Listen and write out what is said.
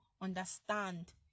understand